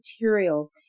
material